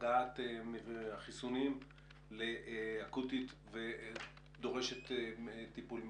הגעת החיסונים לאקוטית ודורשת טיפול מידי.